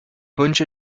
bunch